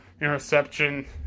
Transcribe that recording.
interception